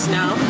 now